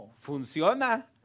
Funciona